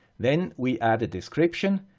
then, we add a description,